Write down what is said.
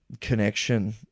connection